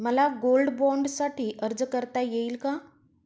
मला गोल्ड बाँडसाठी अर्ज करता येईल का?